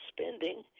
spending